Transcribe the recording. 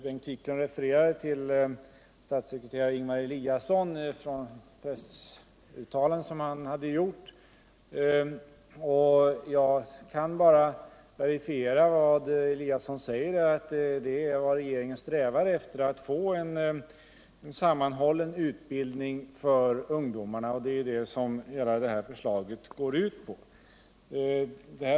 Bengt Wiklund refererar till statssekreterare Ingemar Eliasson och ctt pressuttalande som han har gjort. Jag kan bara verifiera vad Ingemar Eliasson 130 säger, nämligen att regeringen strävar efter att få en sammanhållen utbildning för ungdomarna, och det är det hela detta förslag går ut på.